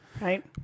right